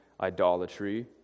idolatry